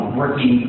working